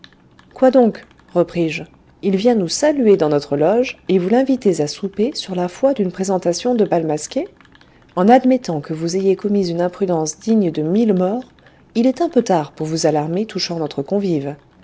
quoi donc repris-je il vient nous saluer dans notre loge et vous l'invitez à souper sur la foi d'une présentation de bal masqué en admettant que vous ayez commis une imprudence digne de mille morts il est un peu tard pour vous alarmer touchant notre convive